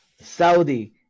Saudi